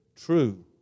True